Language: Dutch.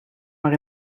maar